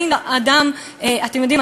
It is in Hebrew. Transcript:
אתם יודעים,